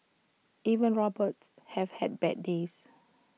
even robots have bad days